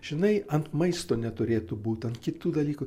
žinai ant maisto neturėtų būt ant kitų dalykų